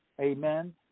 Amen